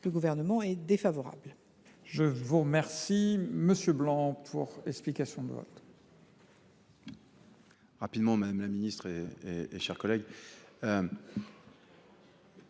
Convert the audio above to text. le Gouvernement est défavorable